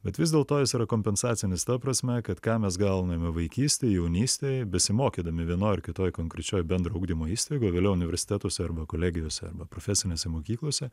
bet vis dėlto jis yra kompensacinis ta prasme kad ką mes gauname vaikystėj jaunystėj besimokydami vienoj ar kitoj konkrečioj bendro ugdymo įstaigoj vėliau universitetuose arba kolegijose arba profesinėse mokyklose